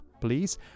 please